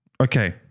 Okay